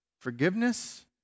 Forgiveness